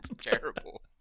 Terrible